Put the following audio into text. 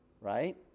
Right